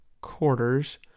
quarters